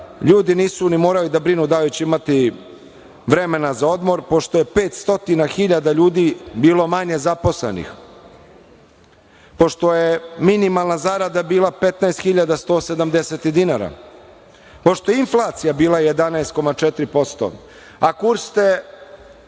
ljudi nisu ni morali da brinu da li će imati vremena za odmor pošto je 500.000 ljudi bilo manje zaposlenih, pošto je minimalna zarada bila 15.170 dinara, pošto je inflacija bila 11,4%, a kurs